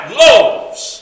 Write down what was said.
loaves